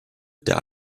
der